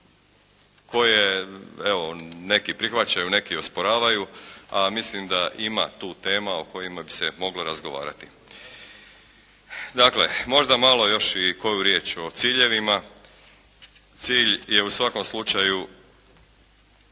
koje evo neki prihvaćaju, neki osporavaju, a mislim da ima tu tema o kojima bi se moglo razgovarati. Dakle, možda malo još i koju riječ o ciljevima. Cilj je u svakom slučaju.